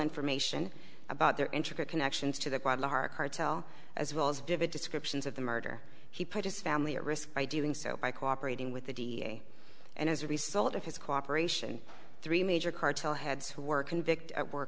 information about their intricate connections to the guadalajara cartel as well as vivid descriptions of the murder he put his family at risk by doing so by cooperating with the da and as a result of his cooperation three major cartel heads who were convict